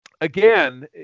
again